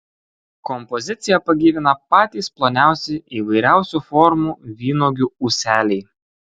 kompoziciją pagyvina patys ploniausi įvairiausių formų vynuogių ūseliai